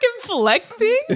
flexing